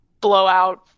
blowout